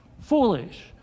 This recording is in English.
Foolish